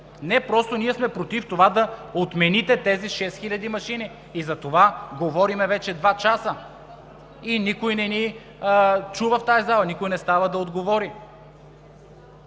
Не, просто ние сме против това да отмените тези 6 хиляди машини. И за това говорим вече 2 часа и никой не ни чува в тази зала, никой не става да отговори.